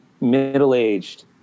middle-aged